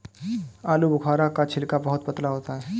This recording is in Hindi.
आलूबुखारा का छिलका बहुत पतला होता है